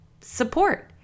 support